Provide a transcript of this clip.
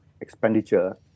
Expenditure